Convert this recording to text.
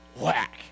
whack